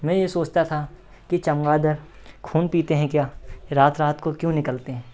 मैं यह सोचता था कि चमगादड़ खून पीते हैं क्या रात रात को क्यों निकलते हैं